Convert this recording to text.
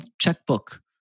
checkbook